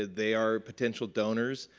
they are potential donors.